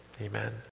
amen